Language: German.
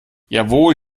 jawohl